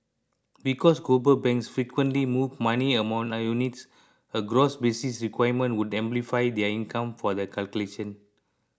because global banks frequently move money among units a gross basis requirement would amplify their income for the calculation